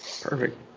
Perfect